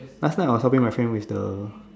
last night I was helping my friend with the